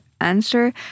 answer